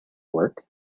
work